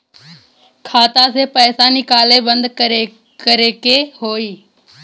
खाता से पैसा निकाले बदे का करे के होई?